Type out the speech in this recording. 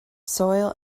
soil